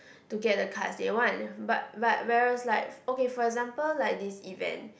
to get the cards they want but but whereas like o~ okay for example like this event